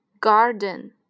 Garden